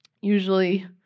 usually